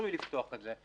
ורצוי לפתוח את זה,